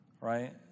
right